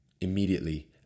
immediately